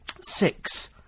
six